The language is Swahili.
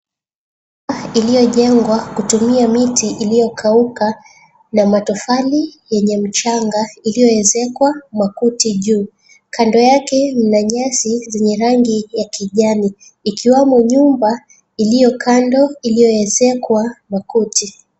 Iliyojengwa kutumia miti iliyokauka na matofali yenye mchanga iliyoezekwa makuti juu. Kando yake mna nyasi zenye rangi ya kijani ikiwamo nyumba iliyo kando iliyoezekwa makuti.